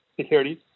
securities